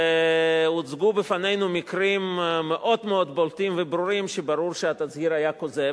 הוצגו בפנינו מקרים מאוד מאוד בולטים וברורים שברור שהתצהיר היה כוזב,